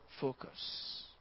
focus